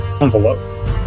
envelope